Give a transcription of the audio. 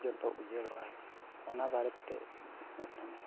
ᱡᱚᱛᱚ ᱩᱡᱟᱹᱲᱚᱜᱼᱟ ᱚᱱᱟ ᱵᱟᱨᱮᱛᱮ ᱢᱤᱫᱴᱟᱝ